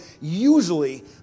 Usually